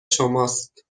شماست